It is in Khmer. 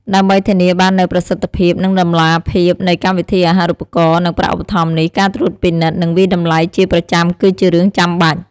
ដើម្បីធានាបាននូវប្រសិទ្ធភាព និងតម្លាភាពនៃកម្មវិធីអាហារូបករណ៍ និងប្រាក់ឧបត្ថម្ភនេះ ការត្រួតពិនិត្យ និងវាយតម្លៃជាប្រចាំគឺជារឿងចាំបាច់។